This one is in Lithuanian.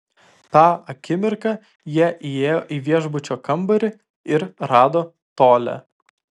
tą akimirką jie įėjo į viešbučio kambarį ir rado tolią